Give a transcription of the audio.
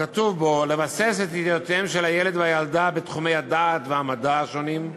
כתוב בו: לבסס את ידיעותיהם של הילד והילדה בתחומי הדעת והמדע השונים,